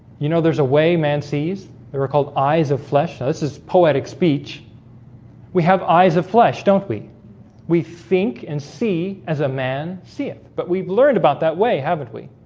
you know, there's a way man sees they were called eyes of flesh this is poetic speech we have eyes of flesh. don't we we think and see as a man see it, but we've learned about that way, haven't we?